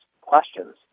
questions